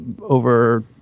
over